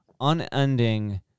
unending